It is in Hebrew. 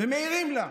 ומעירים לה.